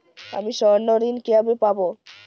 আমি স্বর্ণঋণ কিভাবে পাবো?